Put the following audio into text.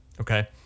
Okay